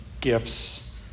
gifts